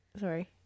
Sorry